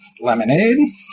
lemonade